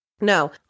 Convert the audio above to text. no